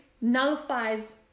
nullifies